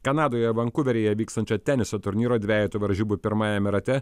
kanadoje vankuveryje vykstančio teniso turnyro dvejetų varžybų pirmajame rate